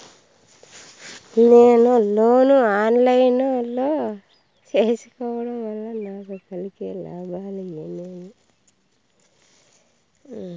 నేను లోను ను online లో సేసుకోవడం వల్ల నాకు కలిగే లాభాలు ఏమేమీ?